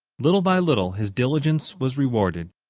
little by little his diligence was rewarded.